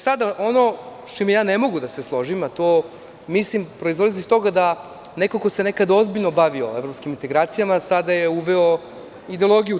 Sada ono sa čim ja ne mogu da se složim, a to mislim proizilazi iz toga da neko ko se nekada bavio evropskim integracijama, sada je uveo ideologiju tog.